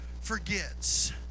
forgets